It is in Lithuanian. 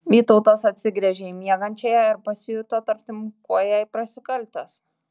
vytautas atsigręžė į miegančiąją ir pasijuto tartum kuo jai prasikaltęs